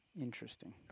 interesting